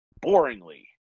boringly